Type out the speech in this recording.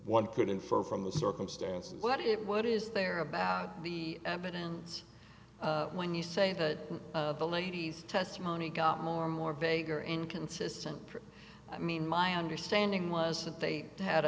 infer from the circumstances what it what is there about the evidence when you say that of the lady's testimony got more and more vague or inconsistent i mean my understanding was that they had